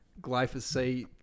glyphosate